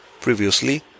Previously